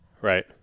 Right